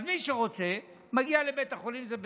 אז מי שרוצה, מגיע לבית החולים, זה בסדר.